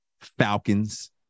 Falcons